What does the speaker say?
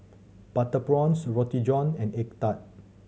butter prawns Roti John and egg tart